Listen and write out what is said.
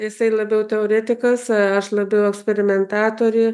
jisai labiau teoretikas aš labiau eksperimentatorė